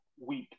week